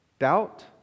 Doubt